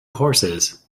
horses